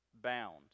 bound